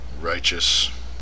righteous